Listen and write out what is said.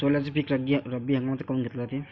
सोल्याचं पीक रब्बी हंगामातच काऊन घेतलं जाते?